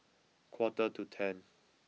quarter to ten